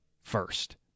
first